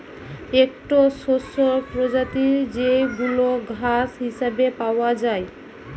একটো শস্যের প্রজাতি যেইগুলা ঘাস হিসেবে পাওয়া যায়